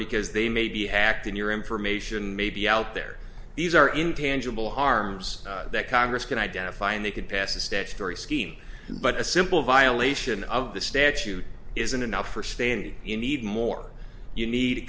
because they may be hacked and your information may be out there these are intangible harms that congress can identify and they could pass a statutory scheme but a simple violation of the statute isn't enough for standing you need more you need a